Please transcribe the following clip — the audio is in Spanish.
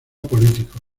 político